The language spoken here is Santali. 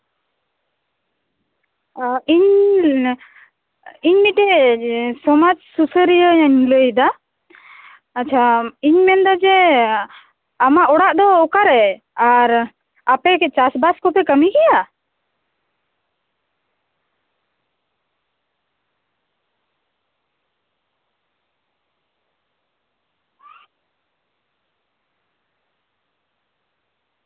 ᱤᱧ ᱤᱧ ᱢᱤᱫᱴᱮᱱ ᱥᱚᱢᱟᱡᱽ ᱥᱩᱥᱟᱹᱨᱤᱭᱟᱹᱧ ᱞᱟᱹᱭᱫᱟ ᱟᱪᱪᱷᱟ ᱤᱧ ᱢᱮᱱᱫᱟ ᱡᱮ ᱟᱢᱟᱜ ᱚᱲᱟᱜ ᱫᱚ ᱚᱠᱟᱨᱮ ᱟᱨ ᱟᱯᱮᱠᱤ ᱪᱟᱥᱵᱟᱥ ᱠᱚᱯᱮ ᱠᱟᱹᱢᱤ ᱜᱮᱭᱟ